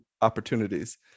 opportunities